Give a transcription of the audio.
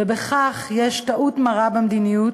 ובכך יש טעות מרה במדיניות,